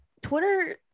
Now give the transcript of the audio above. Twitter